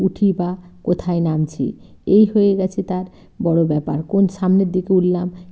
উঠি বা কোথায় নামছি এই হয়ে গেছে তার বড়ো ব্যাপার কোন সামনের দিকে উঠলাম